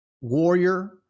warrior